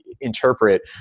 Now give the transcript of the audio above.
interpret